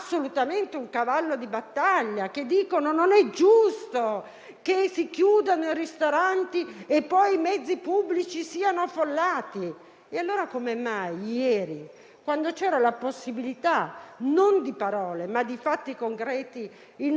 affollati. Come mai ieri, quando c'era la possibilità non di parole, ma di fatti concreti, il nostro emendamento in Commissione è stato bocciato? In conclusione, Presidente, dico che gli italiani sono stufi delle parole,